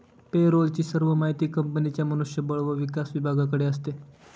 पे role ची सर्व माहिती कंपनीच्या मनुष्य बळ व विकास विभागाकडे असते